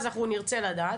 אז אנחנו נרצה לדעת.